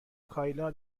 کایلا